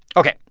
ok.